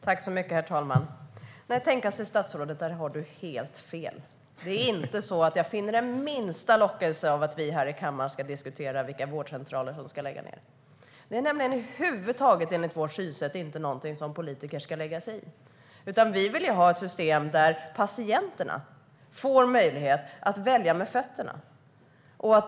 Herr talman! Nej, tänka sig, statsrådet - där har du helt fel. Det är inte så att jag finner den minsta lockelse i att vi här i kammaren ska diskutera vilka vårdcentraler som ska läggas ned. Det är nämligen enligt vårt synsätt över huvud taget ingenting som politiker ska lägga sig i. Vi vill i stället ha ett system där patienterna får möjlighet att välja med fötterna.